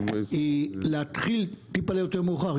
היא להתחיל טיפה יותר מאוחר,